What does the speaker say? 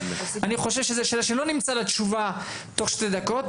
אני חושב שזו שאלה שלא נמצא לה תשובה תוך שתי דקות.